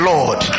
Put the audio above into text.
Lord